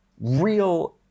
real